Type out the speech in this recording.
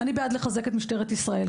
אני בעד לחזק את משטרת ישראל.